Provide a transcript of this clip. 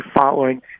following